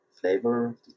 flavor